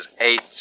eight